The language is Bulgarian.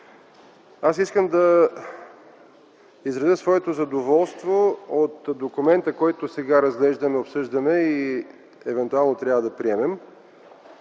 Искам да изразя своето задоволство от документа, който сега разглеждаме, обсъждаме и евентуално трябва да приемем,